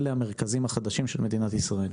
אלה המרכזים החדשים של מדינת ישראל.